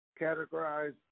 categorized